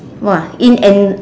!wah! in an